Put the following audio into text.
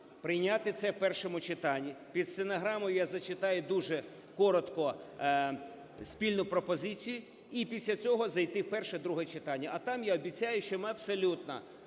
прийняти це в першому читанні, під стенограму я зачитаю дуже коротко спільну пропозицію, і після цього зайти в перше, друге читання. А там я обіцяю, що ми абсолютно